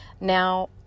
Now